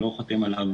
לא חותם עליו